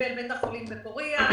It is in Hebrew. קיבל בית החולים בפורייה,